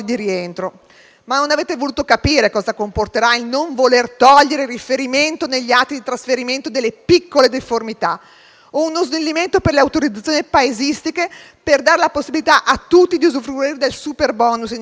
Non avete voluto capire cosa comporterà il fatto di non aver tolto il riferimento negli atti di trasferimento delle piccole deformità, uno snellimento per le autorizzazioni paesistiche per dare la possibilità a tutti di usufruire del *superbonus* in edilizia.